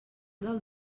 del